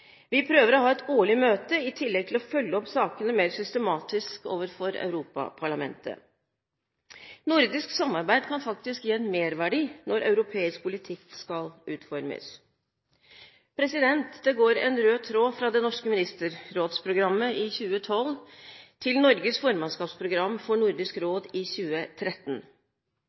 Vi prøver å ha et årlig møte i tillegg til å følge opp sakene mer systematisk overfor Europaparlamentet. Nordisk samarbeid kan faktisk gi en merverdi når europeisk politikk skal utformes. Det går en rød tråd fra det nordiske ministerrådsprogrammet i 2012 til Norges formannskapsprogram for Nordisk råd i 2013.